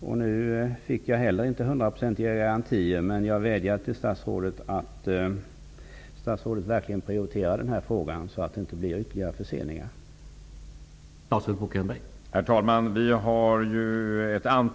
Jag fick inte heller nu hundraprocentiga garantier, men jag vädjar till statsrådet att verkligen prioritera denna fråga så att inte ytterligare förseningar uppstår.